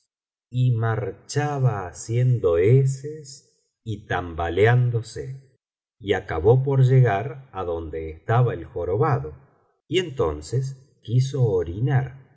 y marchaba haciendo eses y tambaleándose y acabó por llegar adonde estaba el jorobado y entonces quiso orinar